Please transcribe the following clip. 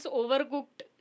overcooked